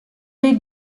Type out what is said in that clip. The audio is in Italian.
dei